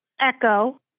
Echo